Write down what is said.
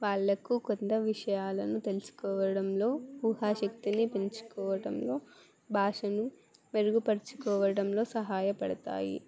వాళ్లకు కొత్త విషయాలను తెలుసుకోవడంలో ఊహా శక్తిని పెంచుకోవడంలో భాషను మెరుగుపరుచుకోవడంలో సహాయపడతాయి